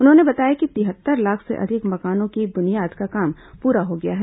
उन्होंने बताया कि तिहत्तर लाख से अधिक मकानों की बुनियाद का काम पूरा हो गया है